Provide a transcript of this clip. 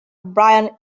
brian